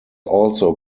also